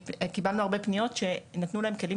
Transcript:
קיבלנו הרבה פניות מהם שאומרות שניתנו להם כלים